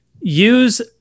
use